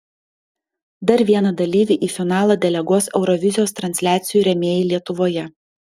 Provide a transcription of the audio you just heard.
dar vieną dalyvį į finalą deleguos eurovizijos transliacijų rėmėjai lietuvoje